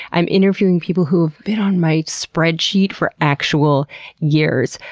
i'm interviewing people who have been on my spreadsheet for actual years.